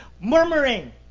murmuring